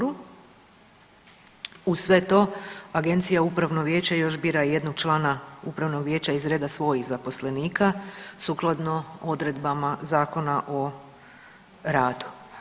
Uz sve to agencija i upravno vijeće još bira jednog člana upravnog vijeća iz reda svojih zaposlenika sukladno odredbama Zakona o radu.